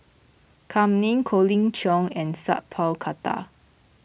Kam Ning Colin Cheong and Sat Pal Khattar